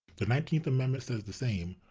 the nineteenth amendment says the same,